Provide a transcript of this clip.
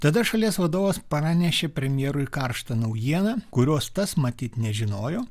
tada šalies vadovas pranešė premjerui karštą naujieną kurios tas matyt nežinojo